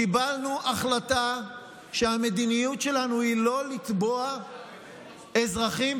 קיבלנו החלטה שהמדיניות שלנו היא לא לתבוע אזרחים,